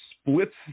splits